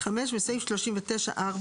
(5)בסעיף 39(4),